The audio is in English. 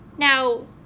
Now